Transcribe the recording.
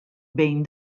bejn